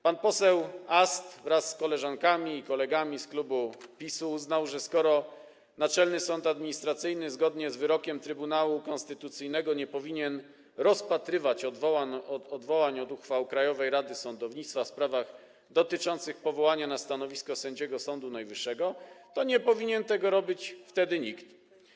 Pan poseł Ast wraz z koleżankami i kolegami z klubu PiS-u uznał, że skoro Naczelny Sąd Administracyjny zgodnie z wyrokiem Trybunału Konstytucyjnego nie powinien rozpatrywać odwołań od uchwał Krajowej Rady Sądownictwa w sprawach dotyczących powołania na stanowisko sędziego Sądu Najwyższego, to nie powinien tego robić wtedy nikt.